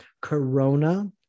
Corona